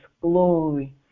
Glory